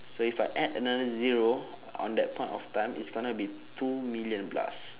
so if I add another zero on that point of time it's gonna be two million plus